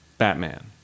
Batman